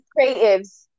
creatives